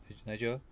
n~ nigel